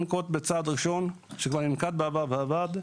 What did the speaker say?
לנקוט בצעד ראשון שכבר ננקט בעבר ועבד,